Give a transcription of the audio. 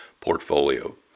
Portfolio